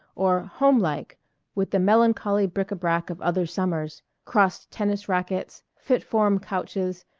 or home-like with the melancholy bric-a-brac of other summers crossed tennis rackets, fit-form couches,